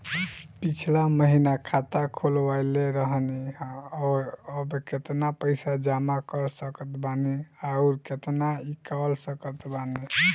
पिछला महीना खाता खोलवैले रहनी ह और अब केतना पैसा जमा कर सकत बानी आउर केतना इ कॉलसकत बानी?